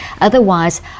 otherwise